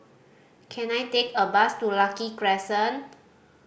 can I take a bus to Lucky Crescent